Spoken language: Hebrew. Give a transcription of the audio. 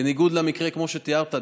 בניגוד למקרה כמו שתיארת.